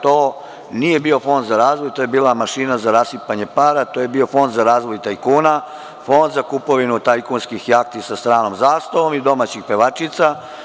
To nije bio Fond za razvoj, to je bila mašina za rasipanje para, to je bio fond za razvoj tajkuna, fond za kupovinu tajkunskih jahti sa stranom zastavom i domaćih pevačica.